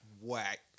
whack